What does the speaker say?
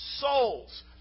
souls